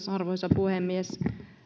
arvoisa puhemies